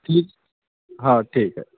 ठीक हा ठीक आहे